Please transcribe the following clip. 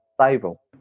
stable